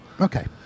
Okay